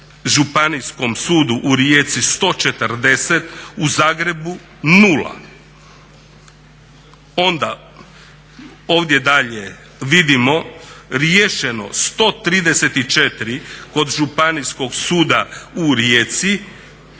Županijskom sudu u Rijeci 140, u Zagrebu 0. Onda ovdje dalje vidimo riješeno 134 kod Županijskog suda u Rijeci